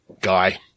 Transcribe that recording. guy